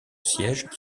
siège